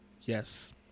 Yes